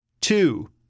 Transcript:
Two